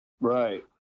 Right